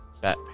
Bat